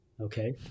Okay